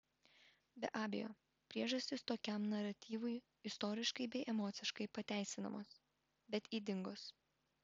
be abejo priežastys tokiam naratyvui istoriškai bei emociškai pateisinamos bet ydingos